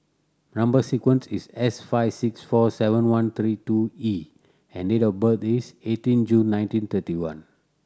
number sequence is S five six four seven one three two E and date of birth is eighteen June nineteen thirty one